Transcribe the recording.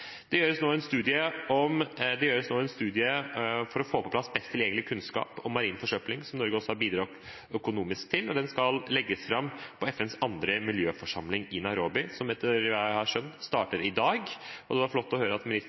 Det gjøres nå en studie for å få på plass best tilgjengelig kunnskap om marin forsøpling, som Norge også har bidratt økonomisk til. Den skal legges fram på FNs andre miljøforsamling i Nairobi, som etter hva jeg har skjønt, starter i dag. Det var flott å høre at ministeren